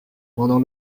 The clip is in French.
pendant